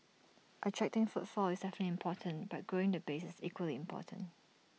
attracting footfall is definitely important but growing the base is equally important